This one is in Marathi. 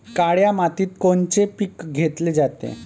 काळ्या मातीत कोनचे पिकं घेतले जाते?